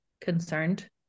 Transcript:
concerned